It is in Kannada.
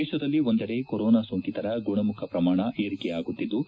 ದೇಶದಲ್ಲಿ ಒಂದೆಡೆ ಕೊರೊನಾ ಸೋಂಕಿತರ ಗುಣಮುಖ ಪ್ರಮಾಣ ಏರಿಕೆಯಾಗುತ್ತಿದ್ಲು